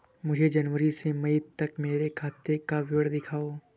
मुझे जनवरी से मई तक मेरे खाते का विवरण दिखाओ?